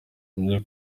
byo